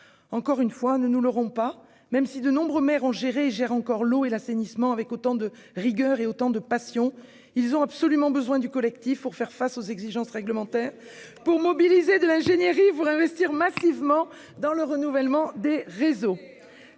Encore une fois, ne nous leurrons pas : même si de nombreux maires ont géré et gèrent encore l'eau et l'assainissement avec autant de rigueur et de passion, ils ont absolument besoin du collectif pour faire face aux exigences réglementaires, pour mobiliser de l'ingénierie et pour investir massivement dans le renouvellement des réseaux.